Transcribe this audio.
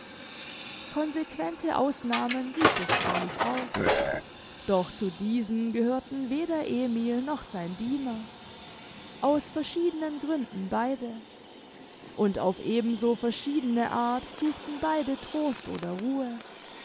consequente ausnahmen giebt es freilich auch doch zu diesen gehörten weder emil noch sein diener aus verschiedenen gründen beide und auf eben so verschiedene art suchten beide trost oder ruhe